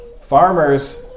farmers